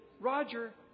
Roger